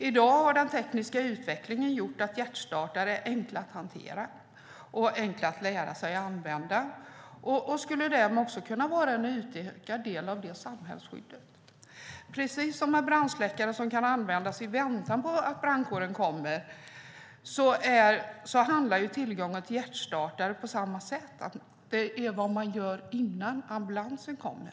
I dag har den tekniska utvecklingen gjort att hjärtstartare är enkla att hantera och enkla att lära sig att använda. De skulle också kunna var en utökad del av det samhällsskyddet. Precis som brandsläckare kan användas i väntan på att brandkåren kommer handlar tillgången till hjärtstartare om samma sak, nämligen vad som görs innan ambulansen kommer.